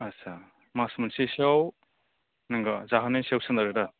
आदसा माच मोनसेसोआव नंगौ जाहोनायनि सायाव सोनारो दा